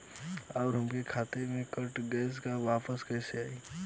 आऊर हमरे खाते से कट गैल ह वापस कैसे आई?